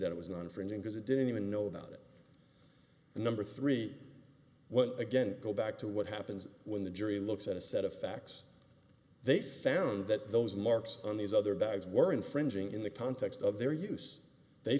that it was not infringing because he didn't even know about it and number three well again go back to what happens when the jury looks at a set of facts they found that those marks on these other bags were infringing in the context of their use they